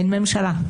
אין ממשלה.